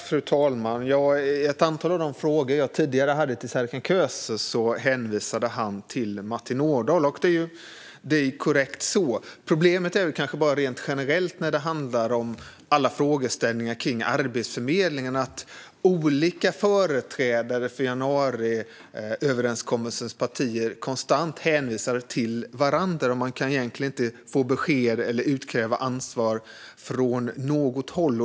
Fru talman! När jag tidigare ställde ett antal frågor till Serkan Köse hänvisade han till Martin Ådahl. Det är väl korrekt. Problemet är bara att olika företrädare för januariöverenskommelsens partier konstant hänvisar till varandra när det gäller alla frågeställningar kring Arbetsförmedlingen. Man kan egentligen inte få besked eller utkräva ansvar från något håll.